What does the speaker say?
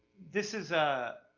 this is a,